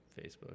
Facebook